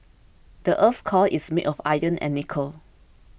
the earth's core is made of iron and nickel